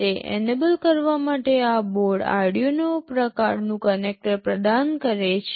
તે એનેબલ કરવા માટે આ બોર્ડ Arduino પ્રકારનું કનેક્ટર પ્રદાન કરે છે